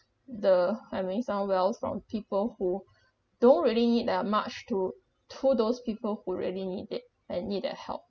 the I mean some wealth from people who don't really need that much to to those people who really need it and need that help